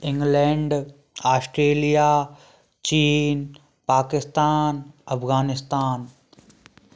England Australia चीन पाकिस्तान अफ़ग़ानिस्तान